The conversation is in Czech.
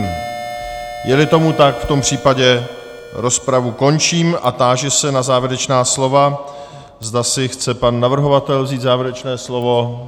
Jeli tomu tak, v tom případě rozpravu končím a táži se na závěrečná slova, zda si chce pan navrhovatel vzít závěrečné slovo.